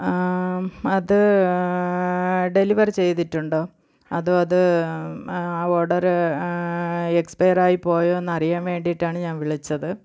അത് ഡെലിവർ ചെയ്തിട്ടുണ്ടോ അതോ അത് ആ ഓർഡറ് എക്സ്പയർ ആയി പോയോ എന്ന് അറിയാൻ വേണ്ടിയിട്ടാണ് ഞാൻ വിളിച്ചത്